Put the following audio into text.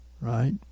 Right